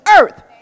earth